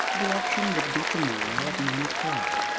the auction would be to-morrow at nine o'clock,